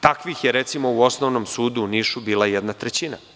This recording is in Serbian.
Takvih je, recimo, u Osnovnom sudu u Nišu bila jedna trećina.